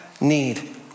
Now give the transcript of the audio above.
need